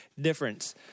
Difference